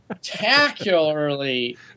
spectacularly